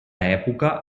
època